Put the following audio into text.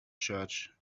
church